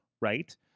right